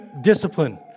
discipline